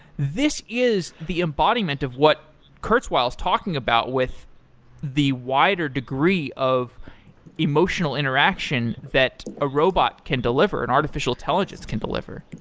this is the embodiment of what kurzweil is talking about with the wider degree of emotional interaction that a robot can deliver, an artificial intelligence can deliver.